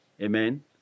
Amen